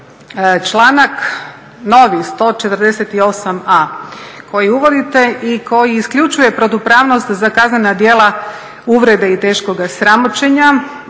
članak novi 148a. koji uvodite i koji isključuje protupravnost za kaznena djela uvrede i teškoga sramoćenja,